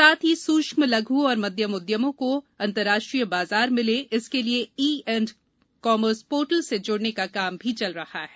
साथ ही सूक्ष्म लघु और मध्यम उद्यमों को अंतरराष्ट्रीय बाजार मिले इसके लिये ई एंड कॉमर्स पोर्टल से जोड़ने का काम भी चल रहा है